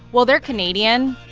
well, they're canadian.